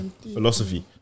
Philosophy